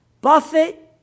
buffett